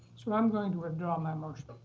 so i'm going to withdraw my motion.